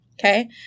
okay